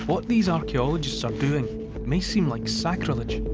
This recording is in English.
what these archaeologists are doing may seem like sacrilege.